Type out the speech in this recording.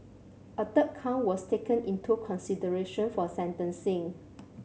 a third count was taken into consideration for sentencing